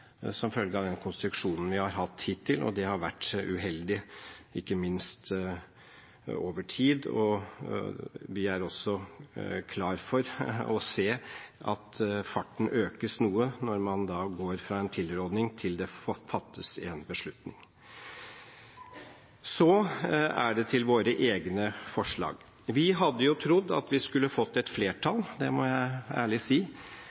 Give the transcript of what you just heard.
som følge av den konstruksjonen vi har hatt hittil. Det har vært uheldig, ikke minst over tid. Vi er også klar for å se at farten økes noe når man går fra en tilrådning til det fattes en beslutning. Så til våre egne forslag: Vi hadde trodd at vi skulle fått et flertall, det må jeg ærlig si,